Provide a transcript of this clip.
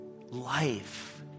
life